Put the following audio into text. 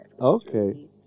Okay